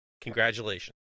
congratulations